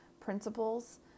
principles